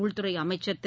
உள்துறை அமைச்சர் திரு